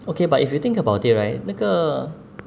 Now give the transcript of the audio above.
okay but if you think about it right 那个